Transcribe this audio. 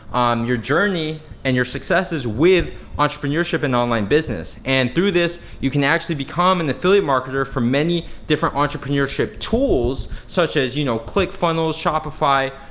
your journey, and your successes with entrepreneurship, and online business. and through this, you can actually become an and affiliate marketer for many different entrepreneurship tools, such as you know click funnels, shopify,